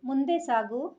ಮುಂದೆ ಸಾಗು